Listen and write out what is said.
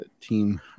team